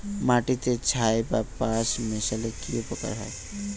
মাটিতে ছাই বা পাঁশ মিশালে কি উপকার হয়?